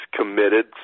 committed